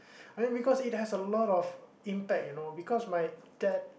I mean because it has a lot of impact you know because my dad